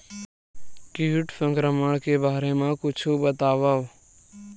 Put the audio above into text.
कीट संक्रमण के बारे म कुछु बतावव?